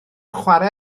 chwarae